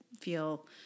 feel